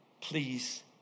please